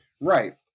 Right